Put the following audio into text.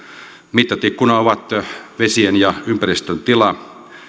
mittatikkuna ovat vesien ja ympäristön tila